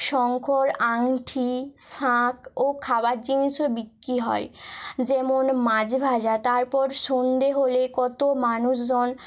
শঙ্খর আংটি শাঁখ ও খাবার জিনিসও বিক্রি হয় যেমন মাছ ভাজা তারপর সন্ধ্যে হলে কত মানুষজন